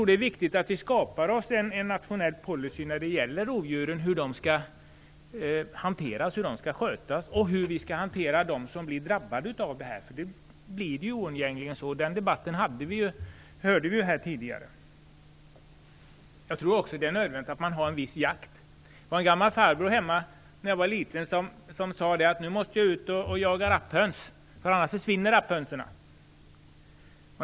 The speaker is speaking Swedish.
Det är viktigt att vi skapar en nationell policy för behandlingen av våra rovdjur och för hanteringen av deras skadeverkningar. Sådana blir det ju oundvikligen, och vi har nyss hört en debatt om detta. Jag tror också att det är nödvändigt att ha en viss jakt. En gammal farbror hemma sade när jag var liten: Nu måste jag ut och jaga rapphöns, för annars försvinner rapphönorna.